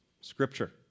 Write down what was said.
Scripture